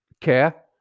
care